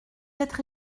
être